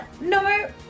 No